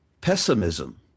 Pessimism